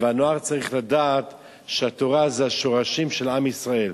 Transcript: והנוער צריך לדעת שהתורה זה השורשים של עם ישראל,